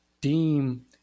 deem